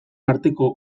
arteko